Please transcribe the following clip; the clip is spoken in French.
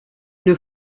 une